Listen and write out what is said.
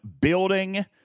building